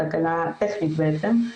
תקלה טכנית בעצם.